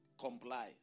comply